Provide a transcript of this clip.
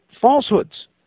falsehoods